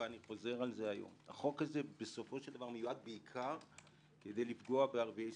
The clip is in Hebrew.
ואני חוזר - החוק הזה בסופו של דבר מדובר בעיקר לפגוע בערביי ישראל.